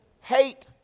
hate